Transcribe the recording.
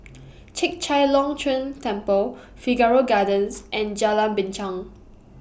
Chek Chai Long Chuen Temple Figaro Gardens and Jalan Binchang